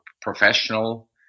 professional